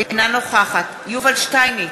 אינה נוכחת יובל שטייניץ,